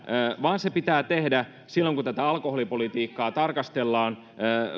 vaan ne pitää tehdä silloin kun tätä alkoholipolitiikkaa tarkastellaan